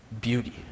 beauty